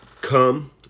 come